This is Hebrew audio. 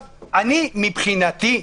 מבחינתי,